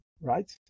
right